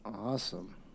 Awesome